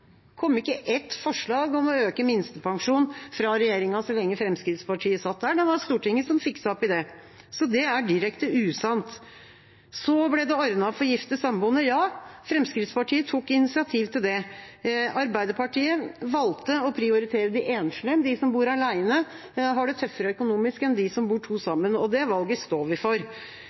kom ikke ett forslag om å øke minstepensjonen fra regjeringa så lenge Fremskrittspartiet satt der. Det var Stortinget som fikset opp i det, så det er direkte usant. Så ble det ordnet opp for gifte og samboende pensjonister. Ja, Fremskrittspartiet tok initiativ til det. Arbeiderpartiet valgte å prioritere de enslige. De som bor alene, har det tøffere økonomisk enn de som bor to sammen, og det valget står vi for.